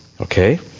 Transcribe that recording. Okay